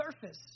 surface